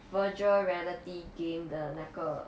virtual reality game 的那个